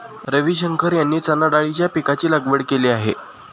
रविशंकर यांनी चणाडाळीच्या पीकाची लागवड केली आहे